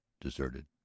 deserted